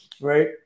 right